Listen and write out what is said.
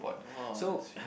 !wow! that's really